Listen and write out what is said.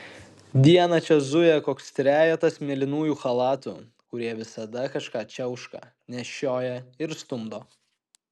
dieną čia zuja koks trejetas mėlynųjų chalatų kurie visada kažką čiauška nešioja ir stumdo